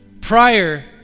Prior